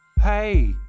Hey